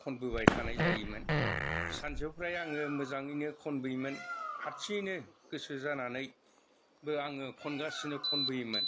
खनबोबाय थानाय जायोमोन सानसेआव फ्राय आङो मोजाङैनो खनबोयोमोन हारसिङैनो गोसो जानानैबो आङो खनगासिनो खनबोयोमोन